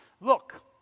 look